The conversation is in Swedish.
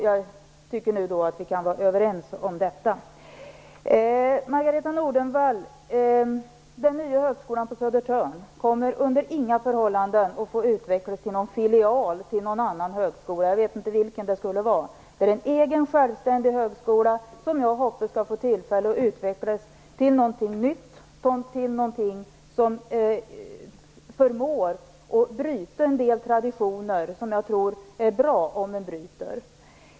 Jag tycker att vi kan vara överens om detta. Den nya högskolan på Södertörn kommer under inga förhållanden att utvecklas till någon filial till någon annan högskola, Margareta E Nordenvall. Jag vet inte vilken det skulle vara. Det är en egen självständig högskola som jag hoppas skall få tillfälle att utvecklas till någonting nytt som förmår att bryta en del traditioner som jag tror att det är bra att man bryter.